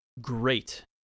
great